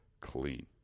clean